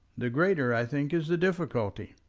the greater, i think, is the difficulty.